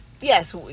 Yes